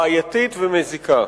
בעייתית ומזיקה.